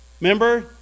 Remember